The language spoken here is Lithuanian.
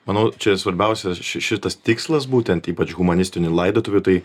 manau čia svarbiausias šitas tikslas būtent ypač humanistinį laidotuvių tai